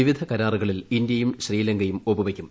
വിവിധ കരാറുകളിൽ ഇന്ത്യയും ശ്രീലങ്കയും ഒപ്പു വയ്ക്കും